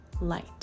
light